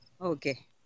okay